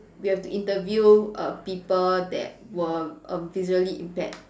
we have to interview err people that were err visually impaired